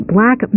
Black